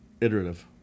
iterative